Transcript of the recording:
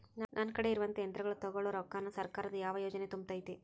ನನ್ ಕಡೆ ಇರುವಂಥಾ ಯಂತ್ರಗಳ ತೊಗೊಳು ರೊಕ್ಕಾನ್ ಸರ್ಕಾರದ ಯಾವ ಯೋಜನೆ ತುಂಬತೈತಿ?